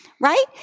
Right